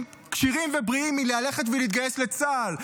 כשירים ובריאים מללכת ולהתגייס לצה"ל.